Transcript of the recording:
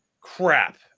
crap